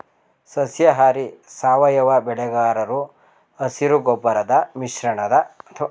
ಸಸ್ಯಾಹಾರಿ ಸಾವಯವ ಬೆಳೆಗಾರರು ಹಸಿರುಗೊಬ್ಬರ ಮಿಶ್ರಗೊಬ್ಬರದ ತರಕಾರಿಗಳು ಮತ್ತು ಖನಿಜ ಬಳಸಿ ಮಣ್ಣಿನ ಫಲವತ್ತತೆ ಕಾಪಡ್ತಾರೆ